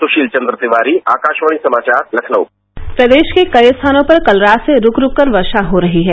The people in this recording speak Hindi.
सुष्ठील चंद्र तिवारी आकाशवाणी समाचार लखनऊ प्रदेश के कई स्थानों पर कल रात से रूक रूक कर वर्षा हो रही है